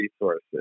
resources